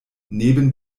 neben